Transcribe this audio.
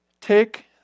take